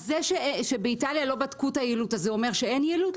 אז זה שבאיטליה לא בדקו את היעילות אומר שאין יעילות?